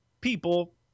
people